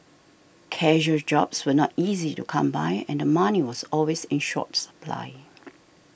casual jobs were not easy to come by and the money was always in short supply